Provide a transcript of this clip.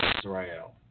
Israel